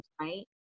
right